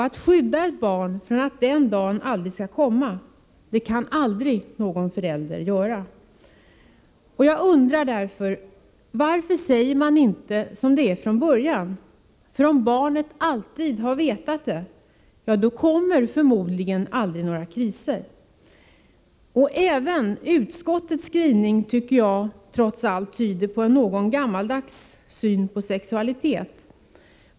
Att skydda ett barn från att den dagen aldrig skall komma kan aldrig någon förälder göra. Jag undrar därför: Varför säger man inte som det är från början? Om barnet alltid har vetat det, kommer förmodligen aldrig några kriser. Även utskottets skrivning tycker jag trots allt tyder på en något gammaldags syn på sexualitet.